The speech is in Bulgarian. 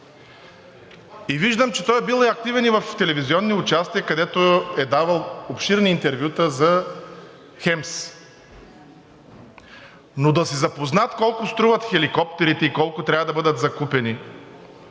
и виждам, че той е бил активен и в телевизионни участия, където е давал обширни интервюта за ХЕМС, но да си запознат колко струват хеликоптерите и колко трябва да бъдат закупени,